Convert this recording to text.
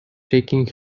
taking